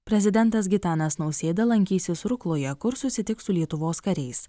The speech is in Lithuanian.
prezidentas gitanas nausėda lankysis rukloje kur susitiks su lietuvos kariais